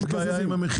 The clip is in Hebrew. אבל יש בעיה עם המחיר.